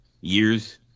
years